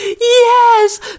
yes